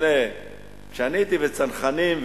כשאני הייתי בצנחנים,